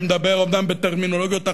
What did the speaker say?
שמדבר אומנם בטרמינולוגיות אחרות,